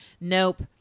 nope